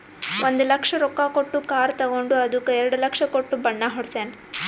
ಒಂದ್ ಲಕ್ಷ ರೊಕ್ಕಾ ಕೊಟ್ಟು ಕಾರ್ ತಗೊಂಡು ಅದ್ದುಕ ಎರಡ ಲಕ್ಷ ಕೊಟ್ಟು ಬಣ್ಣಾ ಹೊಡ್ಸ್ಯಾನ್